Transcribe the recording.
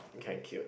thank you